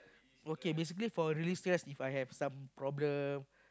okay basically for release stress If I have some problem